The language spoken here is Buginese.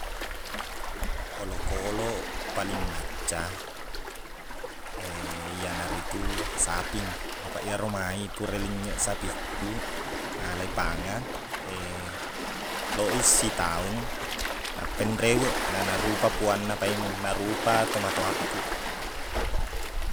Olokkoloq paling macca iyanaritu saping. Apaq iyero mai pura lennyeq sapikku, nalai panga, loq i sitaung nappai nreweq. Na narupai puanna paimeng. Narupa to matoakkuq.